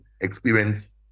experience